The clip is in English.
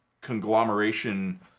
conglomeration